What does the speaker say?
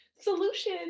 solution